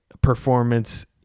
performance